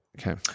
Okay